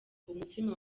umutsima